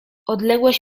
odległość